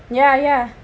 ya ya